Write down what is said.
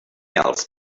else